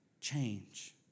change